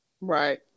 right